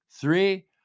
three